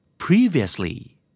Previously